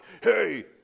hey